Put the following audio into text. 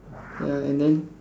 ya and then